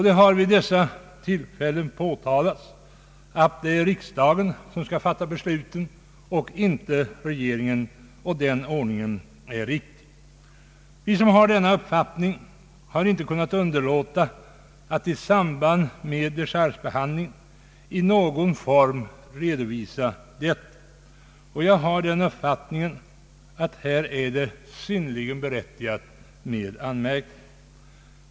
Det har vid dessa tillfällen påpekats att det är riksdagen som skall fatta beslut och inte regeringen — och den ordningen är riktig. Vi som har denna uppfattning har inte kunnat underlåta att i någon form redovisa den i samband med dechargebehandlingen. Jag anser att det här är synnerligen berättigat med anmärkning.